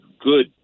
good